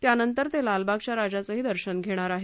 त्यानंतर ते लालबागच्या राजाचंही दर्शन घेणार आहेत